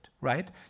right